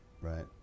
right